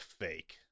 fake